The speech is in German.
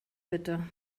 bitte